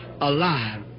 alive